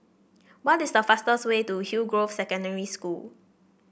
what is the fastest way to Hillgrove Secondary School